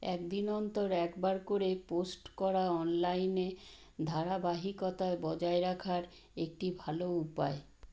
একদিন অন্তর একবার করে পোস্ট করা অনলাইনে ধারাবাহিকতা বজায় রাখার একটি ভালো উপায়